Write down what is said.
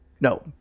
No